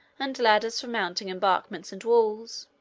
and ladders for mounting embankments and walls.